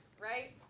right